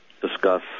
discuss